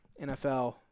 nfl